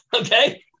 okay